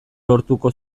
lortuko